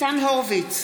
ניצן הורוביץ,